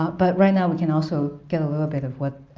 but right now, we can also get a little bit of what